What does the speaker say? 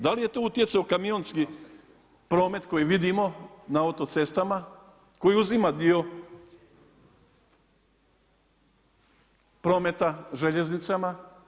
Da li je tu utjecao kamionski promet koji vidimo na autocestama, koji uzima dio prometa željeznicama?